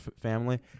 family